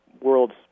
world's